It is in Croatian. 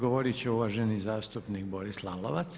Odgovoriti će uvaženi zastupnik Boris Lalovac.